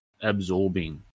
absorbing